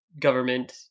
government